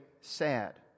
sad